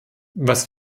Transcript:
was